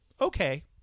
okay